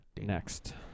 next